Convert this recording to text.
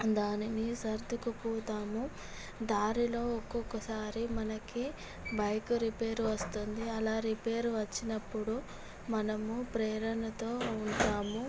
దానిని సర్దుకుపోతాము దారిలో ఒక్కొక్క సారి మనకి బైకు రిపేరు వస్తుంది అలా రిపేరు వచ్చినప్పుడు మనము ప్రేరణతో ఉంటాము